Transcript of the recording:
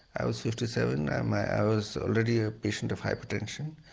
i was fifty seven um i was already a patient of hypertension.